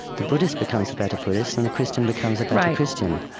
the buddhist becomes a better buddhist, and the christian becomes a better um christian.